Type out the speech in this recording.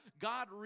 God